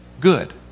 good